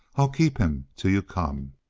i'll keep him till you come!